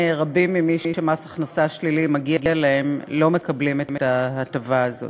רבים מאלה שמס הכנסה שלילי מגיע להם לא מקבלים את ההטבה הזאת.